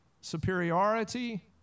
superiority